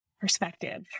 perspective